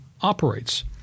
operates